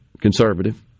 conservative